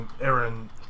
Aaron